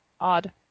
odd